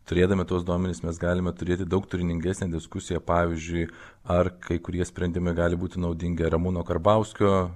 turėdami tuos duomenis mes galime turėti daug turiningesnę diskusiją pavyzdžiui ar kai kurie sprendimai gali būti naudingi ramūno karbauskio